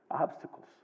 obstacles